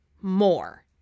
more